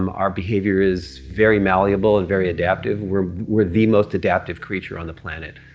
um our behavior is very malleable and very adaptive. we're we're the most adaptive creature on the planet.